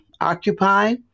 occupy